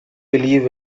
believe